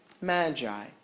magi